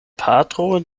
patro